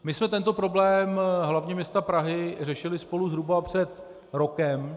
My jsme tento problém hlavního města Prahy řešili zhruba před rokem.